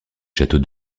château